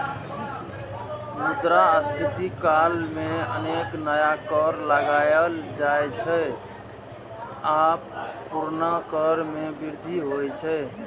मुद्रास्फीति काल मे अनेक नया कर लगाएल जाइ छै आ पुरना कर मे वृद्धि होइ छै